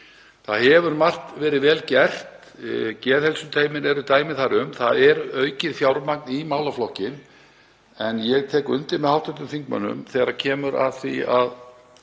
Það hefur margt verið vel gert, geðheilsuteymin eru dæmi þar um, og það er aukið fjármagn í málaflokkinn. Ég tek undir með hv. þingmönnum þegar að því kemur að það